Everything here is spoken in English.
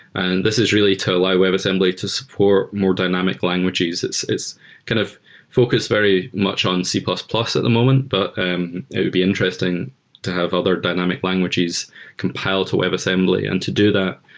and this is really to allow webassembly to support more dynamic languages. it's it's kind of focused very much on c plus plus at the moment, but it would be interesting to have other dynamic languages compiled to webassembly. and to do that,